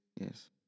yes